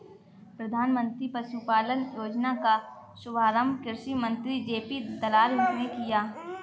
प्रधानमंत्री पशुपालन योजना का शुभारंभ कृषि मंत्री जे.पी दलाल ने किया